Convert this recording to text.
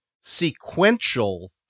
sequential